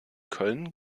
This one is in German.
köln